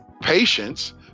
patience